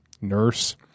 nurse